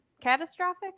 catastrophic